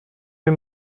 wir